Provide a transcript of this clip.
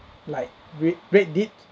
like red reddid